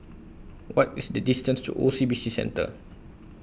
What IS The distance to O C B C Centre